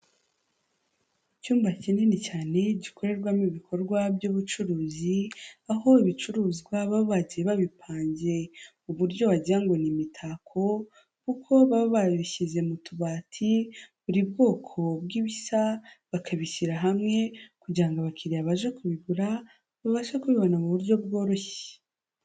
Icyumba kinini cyane, gikorerwamo ibikorwa by'ubucuruzi, aho ibicuruzwa baba bagiye babipanze mu buryo wagira ngo ni imitako, kuko baba babishyize mu tubati buri bwoko bwibisa bakabishyira hamwe, kugira abakiriya baje kubigura babashe kubibona mu buryo bworoshye.